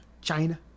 China